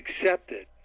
accepted